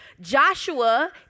Joshua